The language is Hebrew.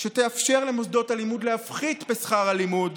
שתאפשר למוסדות הלימוד להפחית בשכר הלימוד,